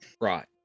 Right